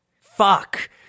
Fuck